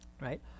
Right